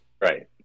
Right